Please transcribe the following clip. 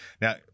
Now